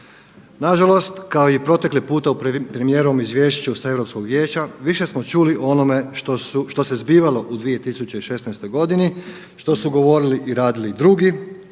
Nažalost kao i protekli puta u premijerovom izvješću sa Europskog vijeća više smo čuli o onome što se zbivalo u 2016. godini, što su govorili i radili drugi